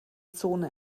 zone